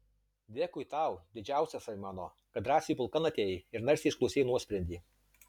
dėkui tau didžiausiasai mano kad drąsiai pulkan atėjai ir narsiai išklausei nuosprendį